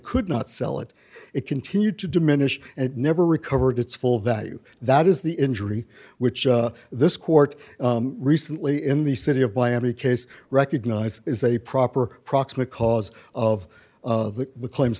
could not sell it it continued to diminish and it never recovered its full value that is the injury which this court recently in the city of miami case recognized is a proper proximate cause of of the claims